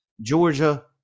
Georgia